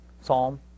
psalm